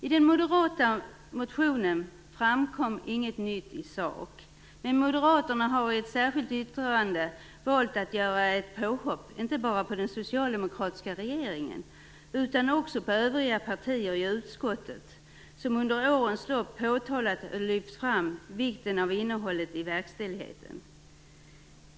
I den moderata motionen framkom inget nytt i sak, men Moderaterna har i ett särskilt yttrande valt att göra ett påhopp, inte bara på den socialdemokratiska regeringen utan också på övriga partier i utskottet som under årens lopp påtalat och lyft fram vikten av innehållet i verkställigheten.